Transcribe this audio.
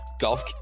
Golf